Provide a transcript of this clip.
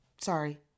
Sorry